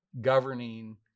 governing